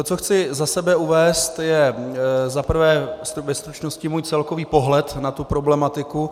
Co chci za sebe uvést, je zaprvé ve stručnosti můj celkový pohled na problematiku.